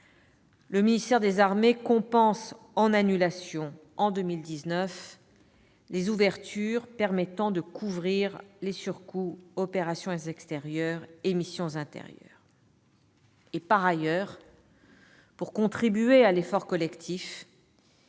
le ministère des armées compense en annulations en 2019 les ouvertures permettant de couvrir les surcoûts liés aux opérations extérieures et aux missions intérieures. Par ailleurs, pour contribuer à l'effort collectif,